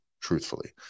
truthfully